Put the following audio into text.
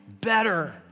better